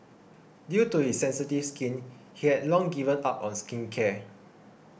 due to his sensitive skin he had long given up on skincare